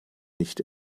nicht